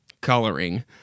coloring